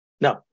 No